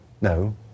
No